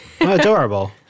Adorable